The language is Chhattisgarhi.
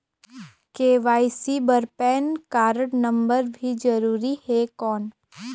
के.वाई.सी बर पैन कारड नम्बर भी जरूरी हे कौन?